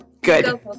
Good